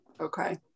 Okay